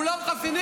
מי סיפר לך את זה?